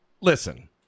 Listen